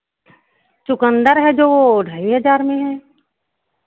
चुकन्दर है जो ढाई हज़ार में है